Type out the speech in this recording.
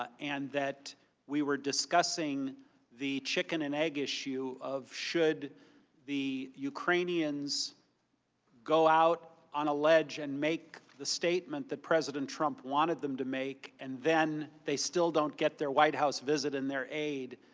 ah and that we were discussing the chicken and egg issue of should the ukrainians go out on a ledge and make the statement that president trump wanted them to make and then, they still don't get there white house visit and their aid,